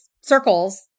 circles